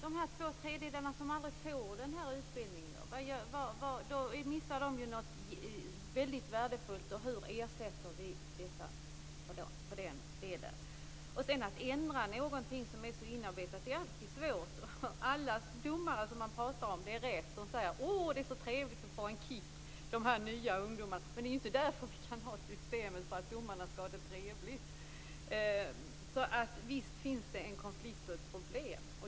Missar de som aldrig får denna utbildning någonting väldigt värdefullt, och hur ersätter vi dessa för den delen? Att ändra någonting som är inarbetat är alltid svårt. Alla domare som man talar med säger att det är så trevligt att få en kick genom de nya ungdomarna. Men vi kan inte ha ett system för att domarna skall få det trevligt. Visst finns det en konflikt och ett problem.